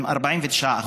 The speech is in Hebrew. עם 49%,